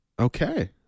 Okay